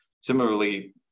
Similarly